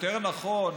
יותר נכון,